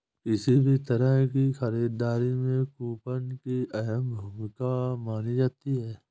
किसी भी तरह की खरीददारी में कूपन की अहम भूमिका मानी जाती है